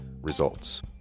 Results